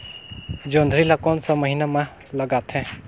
जोंदरी ला कोन सा महीन मां लगथे?